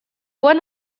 won